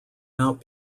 mount